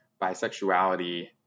bisexuality